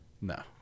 No